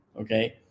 okay